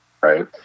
right